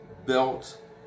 built